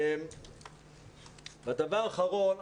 דבר אחרון,